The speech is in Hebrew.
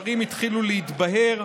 כשהדברים התחילו להתבהר,